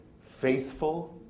faithful